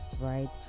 right